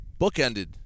Bookended